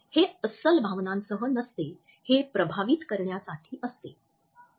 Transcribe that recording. हे अस्सल भावनांसह नसते हे प्रभावित करण्यासाठी असते